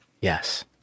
Yes